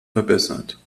verbessert